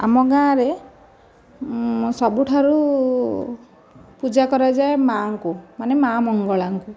ଆମ ଗାଁରେ ସବୁଠାରୁ ପୂଜା କରାଯାଏ ମାଆ ଙ୍କୁ ମାନେ ମା ମଙ୍ଗଳାଙ୍କୁ